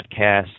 podcast